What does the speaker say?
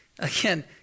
Again